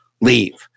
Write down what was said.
leave